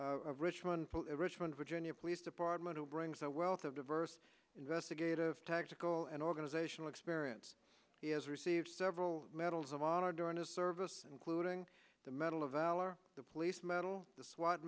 of richmond richmond virginia police department who brings a wealth of diverse investigative tactical and organizational experience he has received several medals of honor during his service including the medal of valor the police medal the swa